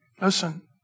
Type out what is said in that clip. listen